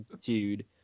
dude